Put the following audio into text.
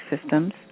systems